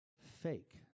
fake